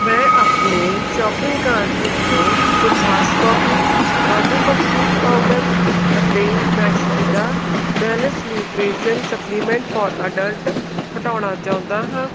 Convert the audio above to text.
ਮੈਂ ਆਪਣੇ shopping cart ਵਿੱਚੋਂ ਕੋਥਾਸ ਕੌਫੀ ਵਾਧੂ ਮਜ਼ਬੂਤ ਪਾਊਡਰ ਅਤੇ Maxvida balanced nutrition supplement for adult ਹਟਾਉਣਾ ਚਾਹੁੰਦਾ ਹਾਂ